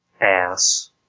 Ass